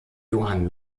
johann